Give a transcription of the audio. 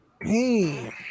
Hey